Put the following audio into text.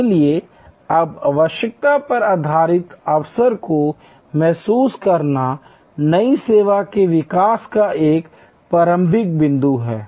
इसलिए इस आवश्यकता पर आधारित अवसर को महसूस करना नई सेवा के विकास का एक प्रारंभिक बिंदु है